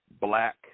black